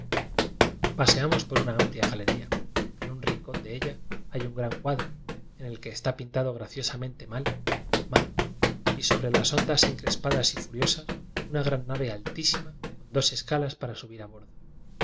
paseamos por una amplia galería en un rmcón de ella hay un gran cuadro en el que está pintado graciosamente mal el mar y sobre las hondas encrespadas y furiosas una gran nave altísima con dos escalas pura subir a bordo